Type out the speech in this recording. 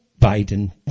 Biden